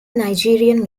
nigerian